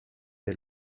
per